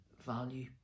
value